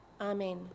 Amen